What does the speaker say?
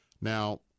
now